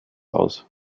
aus